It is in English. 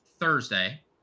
Thursday